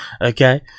okay